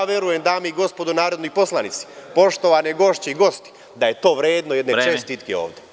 Verujem, dame i gospodo narodni poslanici, poštovane gošće i gosti, da je to vredno jedne čestitke ovde.